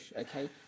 okay